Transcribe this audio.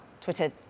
Twitter